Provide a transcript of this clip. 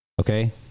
okay